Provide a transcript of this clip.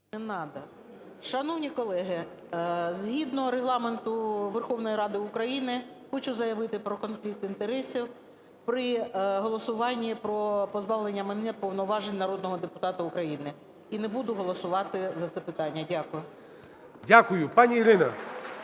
І.О. Шановні колеги, згідно Регламенту Верховної Ради України хочу заявити про конфлікт інтересів при голосуванні про позбавлення мене повноважень народного депутата України. І не буду голосувати за це питання. Дякую. ГОЛОВУЮЧИЙ. Дякую. Пані Ірина,